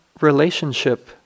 relationship